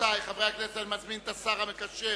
רבותי חברי הכנסת, אני מזמין את השר המקשר